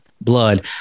blood